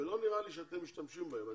ולא נראה לי שאתם משתמשים בהם.